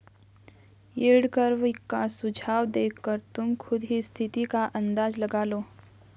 yield curve का झुकाव देखकर तुम खुद ही स्थिति का अंदाजा लगा लो